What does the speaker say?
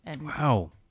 Wow